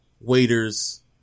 Waiters